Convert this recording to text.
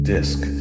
Disc